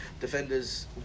defenders